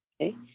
Okay